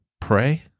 Pray